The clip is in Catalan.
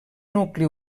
nucli